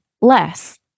less